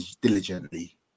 diligently